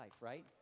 right